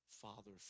Father